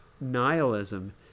nihilism